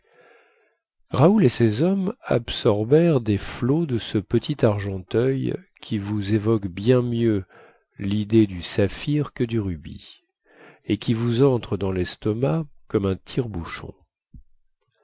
raoul et ses hommes absorbèrent des flots de ce petit argenteuil qui vous évoque bien mieux lidée du saphir que du rubis et qui vous entre dans lestomac comme un tire bouchon